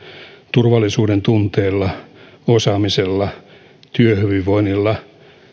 turvallisuudentunteella osaamisella työhyvinvoinnilla